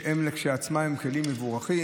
שהם כשלעצמם הם כלים מבורכים,